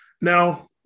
Now